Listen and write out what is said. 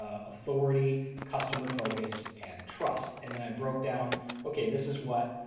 authority, customer focus and trust and then i broke down okay this is what,